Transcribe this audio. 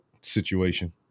situation